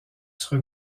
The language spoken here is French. sur